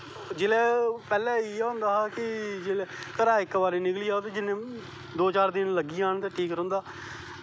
जिसलै पैह्लैं इयै होंदा हा कि घरा दा इक बारी निकली जाओ ते जिन्नां दो चार दिन लग्गी जान ते ठीक रौंह्दा